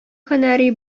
һөнәри